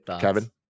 Kevin